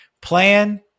Plan